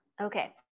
Okay